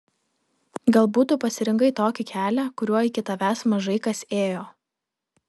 galbūt tu pasirinkai tokį kelią kuriuo iki tavęs mažai kas ėjo